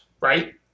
right